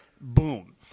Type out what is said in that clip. boom